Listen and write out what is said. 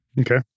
Okay